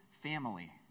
family